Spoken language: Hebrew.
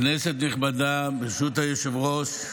כבוד היושב-ראש,